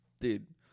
dude